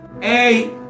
Hey